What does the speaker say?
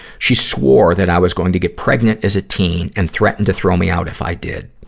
she swore that i was going to get pregnant as a teen and threatened to throw me out if i did.